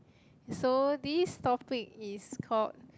so this topic is called